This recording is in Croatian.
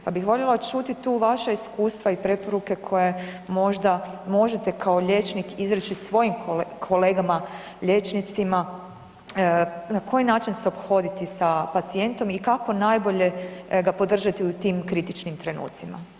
Pa bih voljela čuti tu vaša iskustva i preporuke koje možda možete kao liječnik izreći svojim kolegama liječnicima na koji način se ophoditi sa pacijentom i kako najbolje ga podržati u tim kritičnim trenucima.